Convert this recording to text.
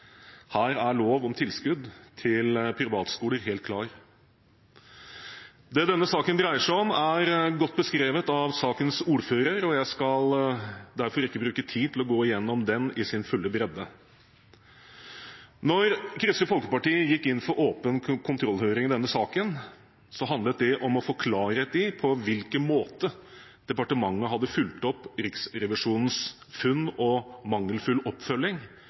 Her er loven om tilskudd til privatskoler helt klar. Det denne saken dreier seg om, er godt beskrevet av sakens ordfører, og jeg skal derfor ikke bruke tid på å gå igjennom den i sin fulle bredde. Da Kristelig Folkeparti gikk inn for åpen kontrollhøring i denne saken, handlet det om å få klarhet i på hvilken måte departementet hadde fulgt opp Riksrevisjonens funn om mangelfull oppfølging